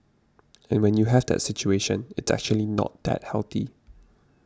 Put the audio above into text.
and when you have that situation it's actually not that healthy